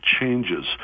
changes